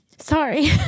Sorry